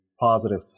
positive